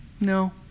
no